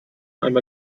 einmal